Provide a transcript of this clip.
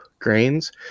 grains